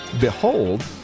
Behold